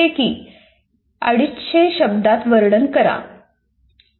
विद्यार्थ्यांना सेन्स आणि मिनिंग लक्षात येईल अशा दोन प्रसंगांचे प्रत्येकी 250 शब्दात वर्णन करा